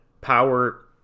power